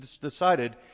decided